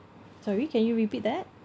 sorry can you repeat that